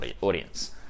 audience